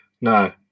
No